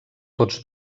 tots